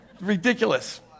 ridiculous